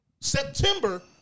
September